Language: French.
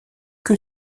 que